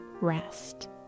REST